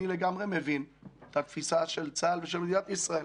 אני לגמרי מבין, בתפיסה של צה"ל ושל מדינת ישראל,